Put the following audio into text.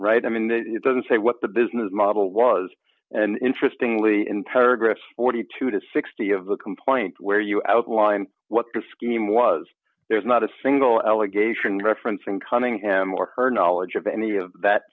right i mean that doesn't say what the business model was and interesting lee in paragraph forty two to sixty of the complaint where you outlined what the scheme was there's not a single allegation referencing cunningham or her knowledge of any of that